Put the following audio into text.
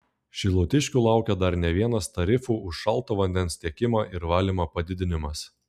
šilutiškių laukia dar ne vienas tarifų už šalto vandens tiekimą ir valymą padidinimas